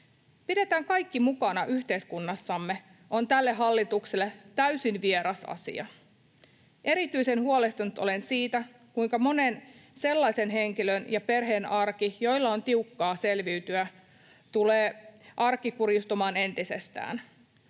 ”Pidetään kaikki mukana yhteiskunnassamme” on tälle hallitukselle täysin vieras asia. Erityisen huolestunut olen siitä, kuinka monen sellaisen henkilön ja perheen arki, joilla on tiukkaa selviytyä, tulee kurjistumaan entisestään.